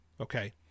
Okay